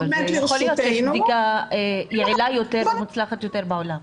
אבל יכול להיות שיש בדיקה יעילה יותר ומוצלחת יותר בעולם.